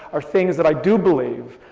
are things that i do believe,